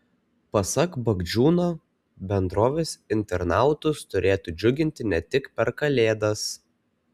pasak bagdžiūno bendrovės internautus turėtų džiuginti ne tik per kalėdas